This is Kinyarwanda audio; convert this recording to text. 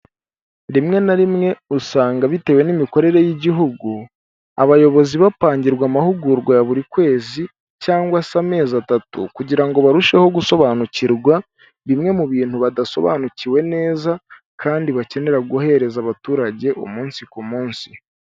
Rimwe na rimwe usanga bitewe n'imikorere y'igihugu, abayobozi bapangirwa amahugurwa ya buri kwezi cyangwa se amezi atatu kugira ngo barusheho gusobanukirwa bimwe mu bintu badasobanukiwe neza kandi bakenera guhereza abaturage umunsi ku munsi.